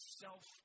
self